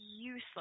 useless